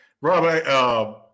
Rob